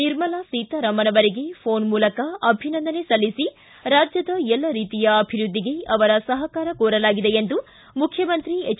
ನಿರ್ಮಲಾ ಸೀತಾರಾಮನ್ ಅವರಿಗೆ ಘೋನ್ ಮೂಲಕ ಅಭಿನಂದನೆ ಸಲ್ಲಿಸಿ ರಾಜ್ಯದ ಎಲ್ಲ ರೀತಿಯ ಅಭಿವೃದ್ಧಿಗೆ ಅವರ ಸಹಕಾರ ಕೋರಲಾಗಿದೆ ಎಂದು ಮುಖ್ಯಮಂತ್ರಿ ಎಚ್